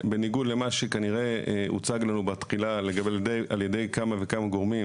בניגוד למה שכנראה הוצג לנו בתחילה על ידי כמה וכמה גורמים,